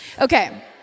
Okay